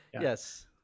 yes